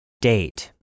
Date